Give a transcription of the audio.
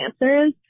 answers